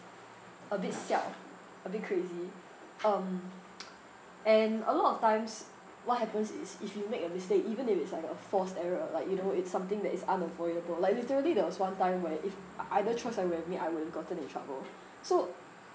a bit siao a bit crazy um and a lot of times what happens is if you make a mistake even if it's like a forced error like you know it's something that is unavoidable like literally that was one time where if ei~ either choice I would have made I would have gotten in trouble so